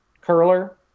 curler